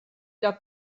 lloc